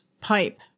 pipe